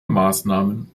maßnahmen